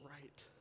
right